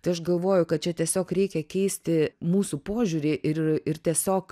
tai aš galvoju kad čia tiesiog reikia keisti mūsų požiūrį ir ir tiesiog